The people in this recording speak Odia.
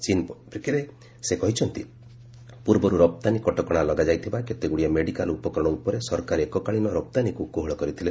ଚୀନ୍ ପରିପ୍ରେକ୍ଷୀରେ ସେ କହିଛନ୍ତି ପୂର୍ବରୁ ରପ୍ତାନୀ କଟକଣା ଲଗାଯାଇଥିବା କେତେଗୁଡ଼ିଏ ମେଡିକାଲ୍ ଉପକରଣ ଉପରେ ସରକାର ଏକକାଳୀନ ରପ୍ତାନୀକୁ କୋହଳ କରିଥିଲେ